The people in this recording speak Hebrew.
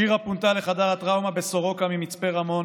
שירה פונתה לחדר הטראומה בסורוקה ממצפה רמון